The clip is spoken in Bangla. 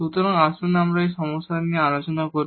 সুতরাং আসুন আমরা এখানে সমস্যা নিয়ে আলোচনা করি